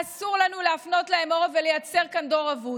אסור לנו להפנות להם עורף ולייצר כאן "דור אבוד".